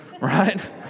right